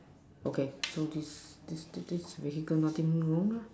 okay so this this this vehicle nothing wrong lah